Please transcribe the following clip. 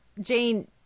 Jane